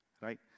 Right